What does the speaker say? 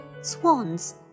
Swans